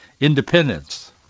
independence